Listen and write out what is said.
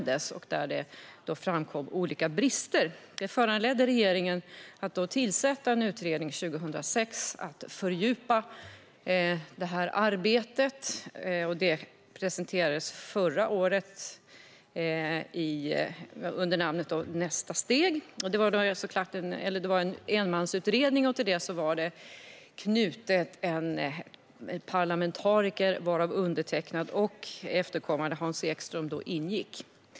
Det framkom då olika brister, vilket föranledde regeringen att 2006 tillsätta en utredning för att fördjupa detta arbete, och förra året presenterades delbetänkandet Nästa steg . Till denna enmansutredning var en parlamentariker knuten, först jag och sedan Hans Ekström.